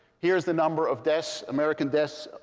here is the number of deaths, american deaths,